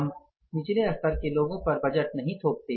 हम निचले स्तर के लोगों पर बजट नहीं थोपते